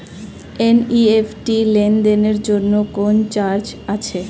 NEFT লেনদেনের জন্য কোন চার্জ আছে?